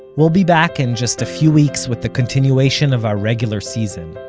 we'll be back in just a few weeks with the continuation of our regular season.